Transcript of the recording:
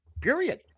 period